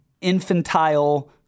infantile